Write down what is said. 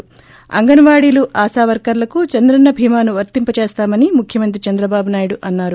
ి అంగన్నాడీ ఆశా వర్కర్లకు చంద్రన్న చీమాను వర్తింపజేస్తామని ముఖ్యమంత్రి చంద్రటాబునాయుడు అన్నారు